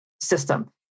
system